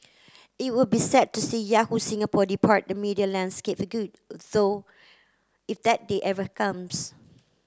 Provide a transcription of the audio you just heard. it will be sad to see Yahoo Singapore depart the media landscape for good though if that day ever comes